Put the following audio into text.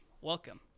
Welcome